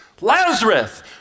Lazarus